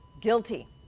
guilty